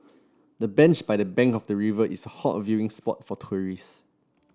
the bench by the bank of the river is a hot viewing spot for tourists